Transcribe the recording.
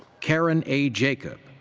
karen a. jacob.